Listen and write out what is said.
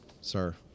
Sir